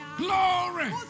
glory